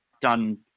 done